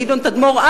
גדעון תדמור,